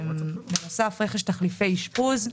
בנוסף, רכש תחליפי אשפוז,